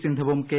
സിന്ധുവും കെ